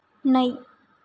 नै